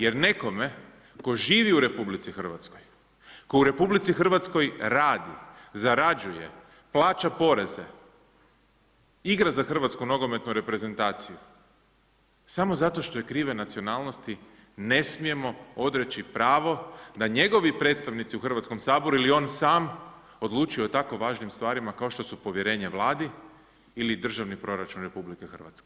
Jer nekome tko živi u RH, tko u RH radi, zarađuje, plaća poreze, igra za Hrvatsku nogometnu reprezentaciju samo zato što je krive nacionalnosti ne smijemo odreći pravo da njegovi predstavnici u Hrvatskom saboru ili on sam odlučuje o tako važnim stvarima kao što su povjerenje Vladi ili državni proračun RH.